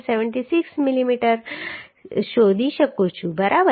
76 millimetre શોધી શકું છું બરાબર